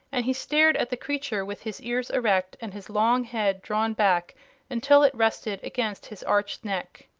and he stared at the creature with his ears erect and his long head drawn back until it rested against his arched neck.